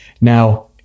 now